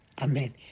amen